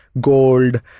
gold